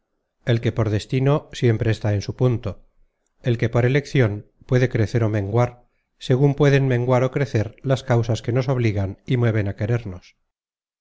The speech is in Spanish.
el que por destino siempre está en su punto el que por eleccion puede crecer ó menguar segun pueden menguar ó crecer las causas que nos obligan y mueven a querernos